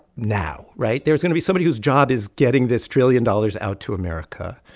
now, right? there's going to be somebody whose job is getting this trillion dollars out to america.